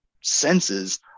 senses